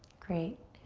great.